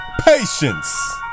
patience